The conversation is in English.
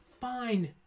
fine